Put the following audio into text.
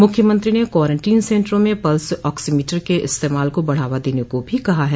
मुख्यमंत्री ने क्वारंटीन सेन्टरों में पल्स आक्सीमीटर के इस्तेमाल को बढ़ावा देने को भी कहा है